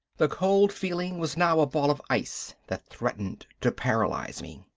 the cold feeling was now a ball of ice that threatened to paralyze me.